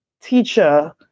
teacher